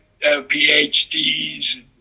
PhDs